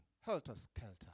helter-skelter